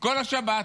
כל השבת,